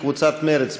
של קבוצת מרצ,